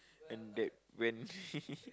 and that when